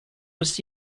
was